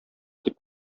дип